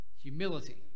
humility